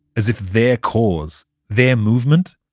as if their cause, their movement,